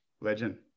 Legend